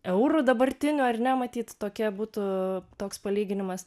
eurų dabartinių ar ne matyti tokia būtų toks palyginimas